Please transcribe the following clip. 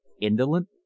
indolent